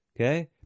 Okay